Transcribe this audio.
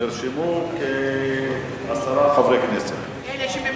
נרשמו כעשרה חברי כנסת.